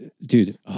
Dude